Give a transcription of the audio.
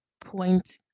point